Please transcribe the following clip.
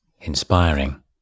inspiring